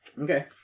Okay